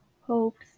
hopes